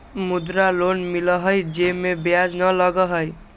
मुद्रा लोन मिलहई जे में ब्याज न लगहई?